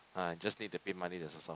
ah just need to pay money that's all